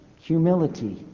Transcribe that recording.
Humility